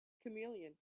chameleon